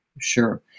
Sure